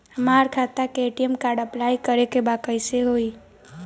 हमार खाता के ए.टी.एम कार्ड अप्लाई करे के बा कैसे होई?